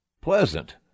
pleasant